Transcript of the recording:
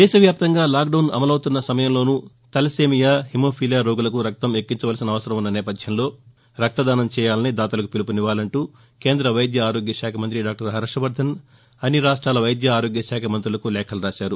దేశ వ్యాప్తంగా లాక్డౌస్ అమలవుతున్న సమయంలోనూ తలసేమియా హెమోఫీలియా రోగులకు రక్తం ఎక్కించాల్సిన అవసరం ఉన్న నేపథ్యంలో రక్తదానం చేయాలని దాతలకు పిలుపునివ్వాలని కేంద్ర వైద్య ఆరోగ్య శాఖ మంతి డాక్టర్ హర్షవర్దన్ అన్ని రాష్ట్లల వైద్య ఆరోగ్య శాఖ మంత్రులకు లేఖలు రాశారు